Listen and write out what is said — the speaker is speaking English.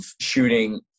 shooting